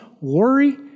worry